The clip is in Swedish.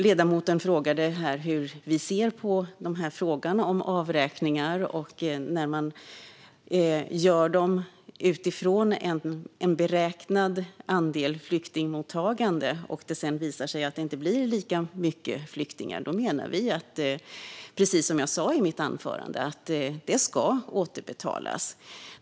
Ledamoten frågade här hur vi ser på frågan om avräkningar. När man gör dem utifrån en beräknad andel flyktingmottagande och det sedan visar sig att det inte blir lika många flyktingar menar vi, precis som jag sa i mitt anförande, att de ska återbetalas.